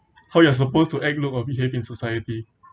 how you are supposed to act look or behave in society